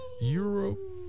Europe